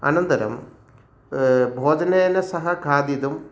अनन्तरं भोजनेन सह खादितुम्